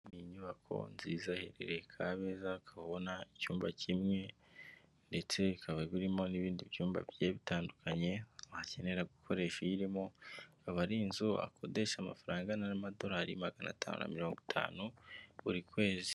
Iyi nyubako nziza iherereye kabeza ukaba ubona icyumba kimwe ,ndetse ikaba irimo n'ibindi byumba bigiye bitandukanye ,wahakenera gukoresha uyirimo ,ikaba ari inzu bakodesha amafaranga angana n'amadolari magana atanu na mirongo itanu buri kwezi.